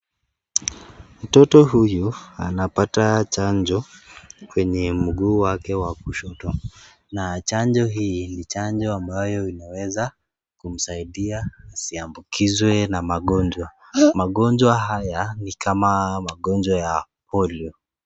Mtoto huyu anapata chanjo kwenye mguu wake wa kushoto, na chanjo hii ni chanjo ambayo inaweza kumsaidia asiambukizwe na magonjwa. Magonjwa haya ni kama magonjwa ya Polio.